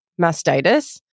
mastitis